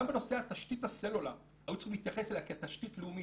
גם בנושא תשתית הסלולר היו צריכים להתייחס אליה כתשתית לאומית.